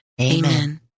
Amen